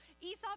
Esau